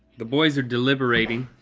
the boys are deliberating.